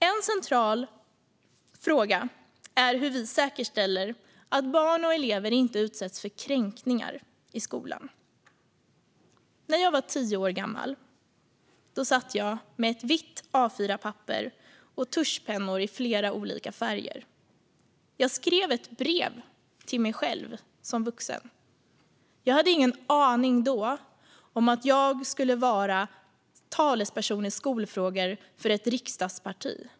En central fråga är hur vi säkerställer att barn och elever inte utsätts för kränkningar i skolan. När jag var tio år gammal satt jag med ett vitt A4-papper och tuschpennor i flera olika färger. Jag skrev ett brev till mig själv som vuxen. Jag hade då ingen aning om att jag skulle vara talesperson i skolfrågor för ett riksdagsparti.